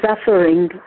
suffering